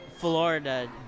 Florida